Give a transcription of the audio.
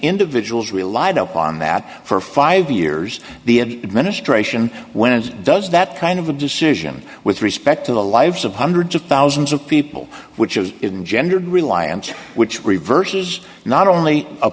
individuals relied upon that for five years the administration when it does that kind of a decision with respect to the lives of hundreds of thousands of people which is in gendered reliance which reverses not only a